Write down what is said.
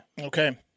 Okay